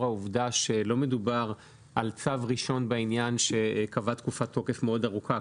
העובדה שלא מדובר על צו ראשון בעניין שקבע תקופת תוקף מאוד ארוכה,